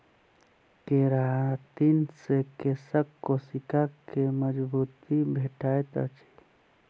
keratin से केशक कोशिका के मजबूती भेटैत अछि